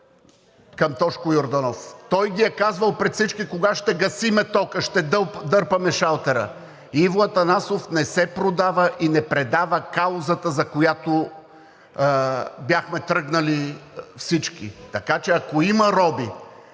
към Тошко Йорданов. Той е казвал пред всички: кога ще гасим тока, ще дърпаме шалтера. Иво Атанасов не се продава и не предава каузата, за която бяхме тръгнали всички. Така че, ако има роби,